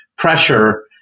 pressure